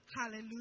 Hallelujah